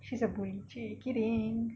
she's a bully !chey! kidding